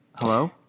Hello